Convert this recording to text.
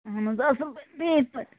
اَہَن حظ اَصٕل ٹھیٖک پٲٹھۍ